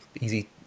easy